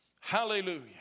Hallelujah